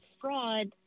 fraud